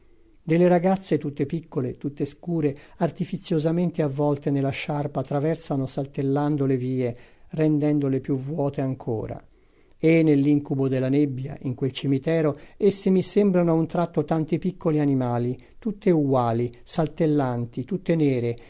delle ragazze tutte piccole tutte scure artifiziosamente avvolte nella sciarpa traversano saltellando le vie rendendole più vuote ancora e nell'incubo della nebbia in quel cimitero esse mi sembrano a un tratto tanti piccoli animali tutte uguali saltellanti tutte nere